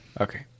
Okay